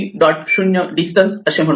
o distance असे म्हणू